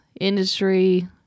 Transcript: industry